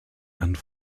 and